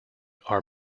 are